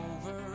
Over